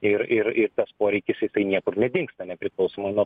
ir ir ir tas poreikis jisai niekur nedingsta nepriklausomai nuo